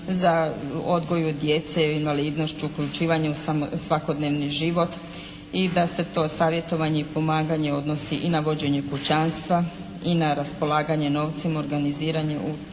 za odgoj djece, invalidnošću, uključivanje u svakodnevni život i da se to savjetovanje i pomaganje odnosi i na vođenje kućanstva i na raspolaganje novcem, organizirano učenje